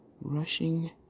rushing